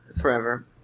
Forever